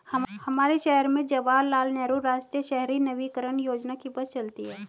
हमारे शहर में जवाहर लाल नेहरू राष्ट्रीय शहरी नवीकरण योजना की बस चलती है